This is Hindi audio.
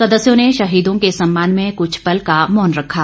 सदस्यों ने शहीदों के सम्मान में कुछ पल का मौन रखा